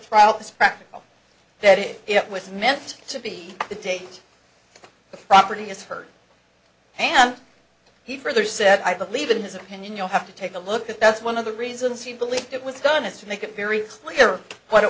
trial this practical that it was meant to be the date the property is heard and he further said i believe in his opinion you'll have to take a look at that's one of the reasons you believe it was done is to make it very clear what it